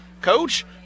Coach